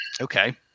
Okay